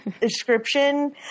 Description